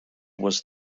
was